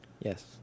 Yes